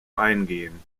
eingehen